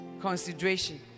consideration